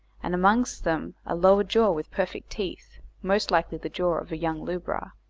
and amongst them a lower jaw with perfect teeth, most likely the jaw of a young lubra.